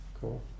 Cool